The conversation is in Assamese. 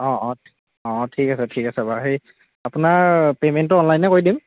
অঁ অঁ অঁ ঠিক আছে ঠিক আছে বাৰু হেৰি আপোনাৰ পেমেণ্টটো অনলাইনে কৰি দিম